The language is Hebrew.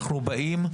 אנחנו באים.